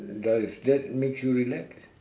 does that makes you relax